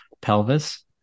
pelvis